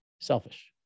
selfish